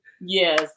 Yes